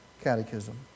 Catechism